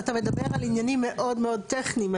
אתה מדבר על עניינים מאוד מאוד טכניים,